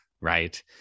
right